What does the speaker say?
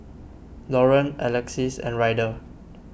Lauren Alexis and Ryder